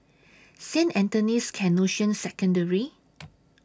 Saint Anthony's Canossian Secondary